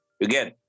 again